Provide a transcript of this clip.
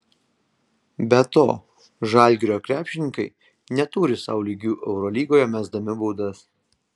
be to žalgirio krepšininkai neturi sau lygių eurolygoje mesdami baudas